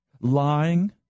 lying